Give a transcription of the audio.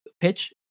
pitch